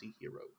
hero